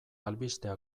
albistea